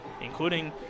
including